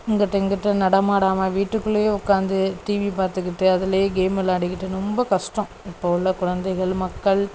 அங்கிட்டு இங்கிட்டு நட மாடாமல் வீட்டுக்குள்ளையே உட்காந்து டிவி பார்த்துக்கிட்டு அதுலையே கேம் விளாடிக்கிட்டு ரொம்ப கஸ்டம் இப்போ உள்ள குழந்தைகள் மக்கள்